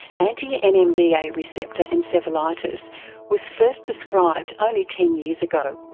anti-nmda anti-nmda yeah receptor encephalitis was first described only ten years ago.